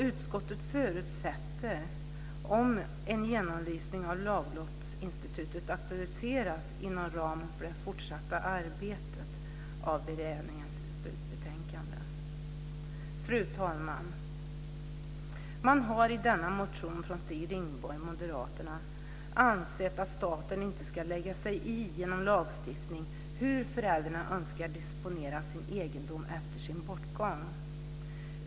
Utskottet förutsätter att en genomlysning av laglottsinstitutet aktualiseras inom ramen för det fortsatta arbetet med beredningens slutbetänkande. Fru talman! I denna motion anser Stig Rindborg och Moderaterna att staten inte genom lagstiftning ska lägga sig i hur föräldrar önskar disponera sin egendom efter sin bortgång.